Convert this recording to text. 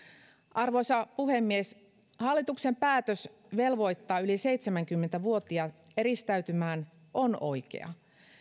arvoisa puhemies hallituksen päätös velvoittaa yli seitsemänkymmentä vuotiaat eristäytymään on oikea